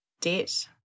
debt